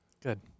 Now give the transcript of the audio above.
Good